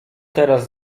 teraz